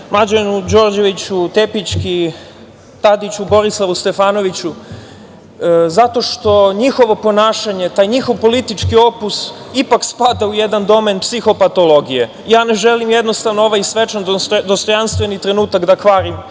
Mlađanu Đorđeviću, Tepićki, Tadiću, Borislavu Stefanoviću, zato što njihovo ponašanje, taj njihov politički opus ipak spada u jedan domen psihopatologije. Ja ne želim jednostavno ovaj svečan, dostojanstveni trenutak da kvarim